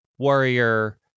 warrior